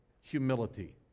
humility